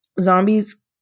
Zombies